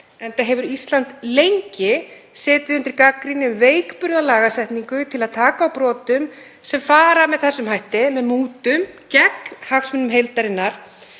enda hefur Ísland lengi legið undir gagnrýni vegna veikburða lagasetningar til að taka á brotum sem fara með þessum hætti, með mútum gegn hagsmunum heildarinnar.